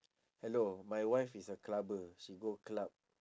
hello my wife is a clubber she go club